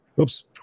Oops